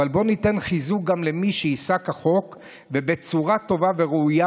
אבל בואו ניתן חיזוק גם למי שייסע כחוק ובצורה טובה וראויה,